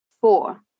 Four